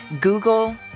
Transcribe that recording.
Google